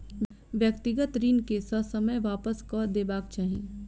व्यक्तिगत ऋण के ससमय वापस कअ देबाक चाही